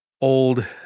old